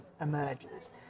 emerges